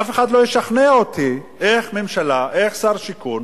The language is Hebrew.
אף אחד לא ישכנע אותי, איך ממשלה, איך שר שיכון,